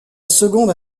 seconde